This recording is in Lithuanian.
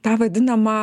tą vadinamą